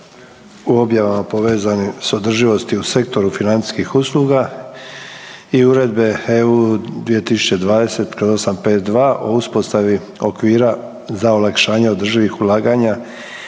o objavama povezanim s održivosti u sektoru financijskih usluga i Uredbe (EU) 2020/852 o uspostavi okvira za olakšavanje održivih ulaganja